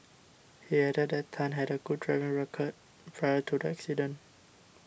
he added that Tan had a good driving record prior to the accident